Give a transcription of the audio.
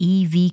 EV